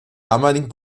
damaligen